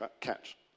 catch